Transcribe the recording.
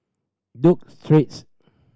Duke Street